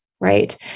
right